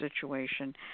situation